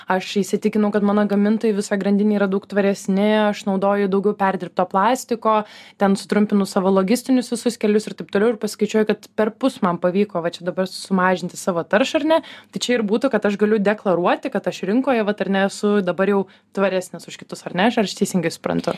aš įsitikinau kad mano gamintojai visa grandinė yra daug tvaresni aš naudoju daugiau perdirbto plastiko ten sutrumpinu savo logistinius visus kelius ir taip toliau ir paskaičiuoju kad perpus man pavyko va čia dabar sumažinti savo taršą ar ne tai čia ir būtų kad aš galiu deklaruoti kad aš rinkoje vat ar ne esu dabar jau tvaresnis už kitus ar ne ar aš teisingai suprantu